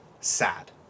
sad